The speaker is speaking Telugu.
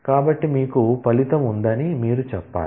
కాబట్టి మీకు ఫలితం ఉందని మీరు చెప్పాలి